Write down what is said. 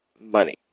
money